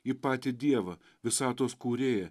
į patį dievą visatos kūrėją